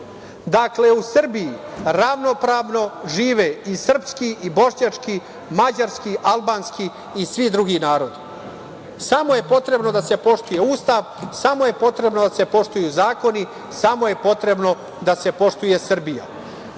sestre. Dakle, u Srbiji ravnopravno žive i srpski i bošnjački, mađarski i svi drugi narodi samo je potrebno da se poštuje Ustav, samo je potrebno da se poštuju zakoni, samo je potrebno da se poštuje Srbija. Jedna